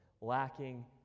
lacking